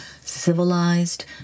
civilized